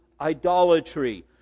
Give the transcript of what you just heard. idolatry